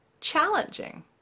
challenging